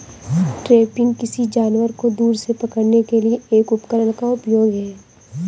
trapping, किसी जानवर को दूर से पकड़ने के लिए एक उपकरण का उपयोग है